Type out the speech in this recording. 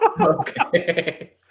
Okay